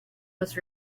was